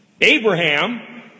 Abraham